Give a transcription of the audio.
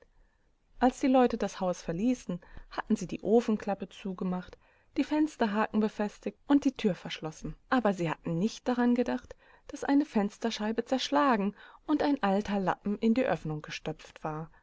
als die leute das haus verließen hatten sie die ofenklappe zugemacht die fensterhaken befestigt und die tür verschlossen aber sie hatten nicht daran gedacht daß eine fensterscheibe zerschlagen und ein alter lappen in die öffnung gestopft war